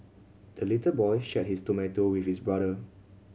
the little boy shared his tomato with his brother